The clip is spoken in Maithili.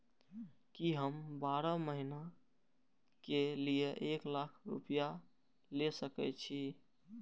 की हम बारह महीना के लिए एक लाख रूपया ले सके छी?